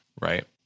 Right